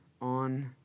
on